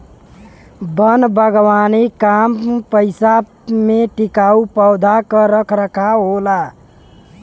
वन बागवानी कम पइसा में टिकाऊ पौधा क रख रखाव होला